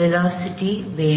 திசைவேகம் வேண்டும்